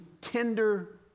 tender